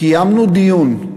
קיימנו דיון.